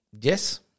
Yes